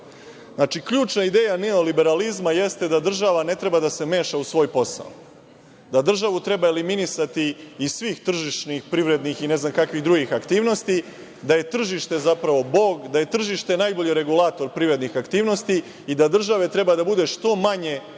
Znači, ključna ideja neoliberalizma jeste da država ne treba da se meša u svoj posao, da državu treba eliminisati iz svih tržišnih, privrednih i ne znam kakvih drugih aktivnosti, da je tržište zapravo bog, da je tržište najbolji regulator privrednih aktivnosti i da države treba da bude što manje u